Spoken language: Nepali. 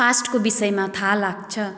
पास्टको विषयमा थाहा लाग्छ